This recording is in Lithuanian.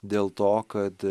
dėl to kad